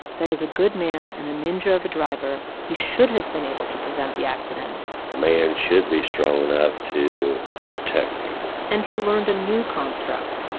that as a good man and a ninja of a driver he should have been able to prevent the accident a man should be strong enough to protect people and he learned a new construct.